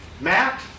Matt